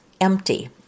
empty